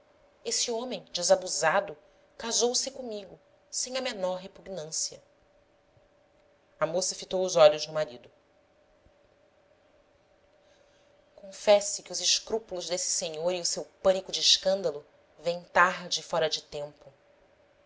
esse homem desabusado casou-se comigo sem a menor repugnância a moça fitou os olhos no marido confesse que os escrúpulos desse senhor e o seu pânico de escândalo vêm tarde e fora de tempo